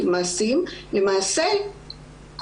למעשה,